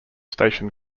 station